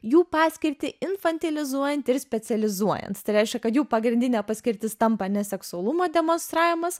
jų paskirtį infantilizuojant ir specializuojant tai reiškia kad jų pagrindinė paskirtis tampa ne seksualumo demonstravimas